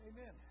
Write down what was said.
Amen